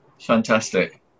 Fantastic